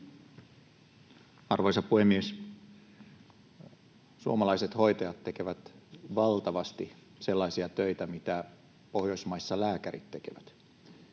Arvoisa puhemies! Suomalaiset hoitajat tekevät valtavasti sellaisia töitä, mitä Pohjoismaissa lääkärit tekevät,